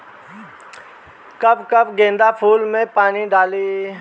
कब कब गेंदा फुल में पानी डाली?